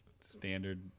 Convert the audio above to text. standard